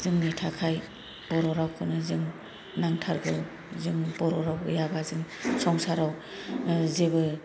जोंनि थाखाय बर' रावखौनो जों नांथारगौ जों बर' राव गैयाबा जों संसाराव जेबो